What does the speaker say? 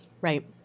Right